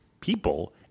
people